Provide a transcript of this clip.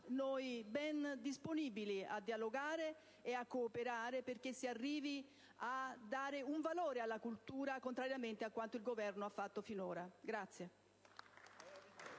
troverà disponibili a dialogare e a cooperare perché si arrivi a dare un valore alla cultura, contrariamente a quanto il Governo ha fatto finora.